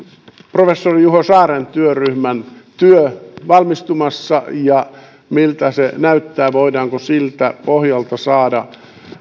professori juho saaren työryhmän työ valmistumassa ja miltä se näyttää voidaanko siltä pohjalta saada